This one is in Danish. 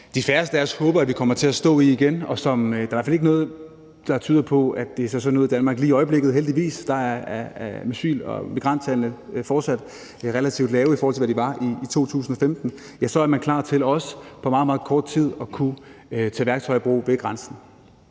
de færreste af os håber vi kommer til at stå i igen, og som der i hvert fald ikke er noget der lige i øjeblikket tyder på vil se sådan ud i Danmark, heldigvis, for asyl- og migranttallene er fortsat relativt lave, i forhold til hvad de var i 2015, ja, så er man klar til også på meget, meget kort tid at kunne tage værktøjer i brug ved grænsen.